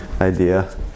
idea